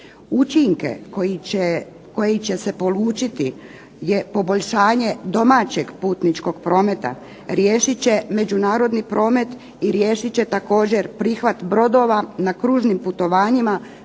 Učinke koji će se polučiti je poboljšanje domaćeg putničkog prometa, riješit će međunarodni promet i riješit će također prihvat brodova na kružnim putovanjima